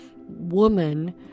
woman